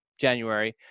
January